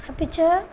अपि च